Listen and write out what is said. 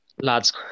Lads